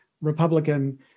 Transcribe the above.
Republican